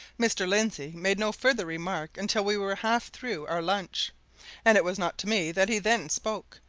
mr. lindsey made no further remark until we were half through our lunch and it was not to me that he then spoke,